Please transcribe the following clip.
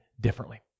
differently